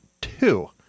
two